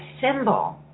symbol